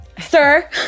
sir